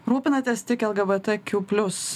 rūpinatės tik lgbtq plius